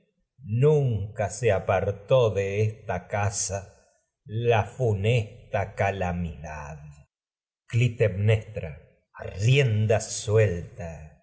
nunca se apartó de esta casa la funesta clitbmnestra a rienda suelta